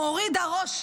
מוריד הראש,